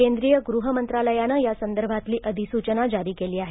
केंद्रीय गृहमंत्रालयानं या संदर्भातली अधिसूचना जारी केली आहे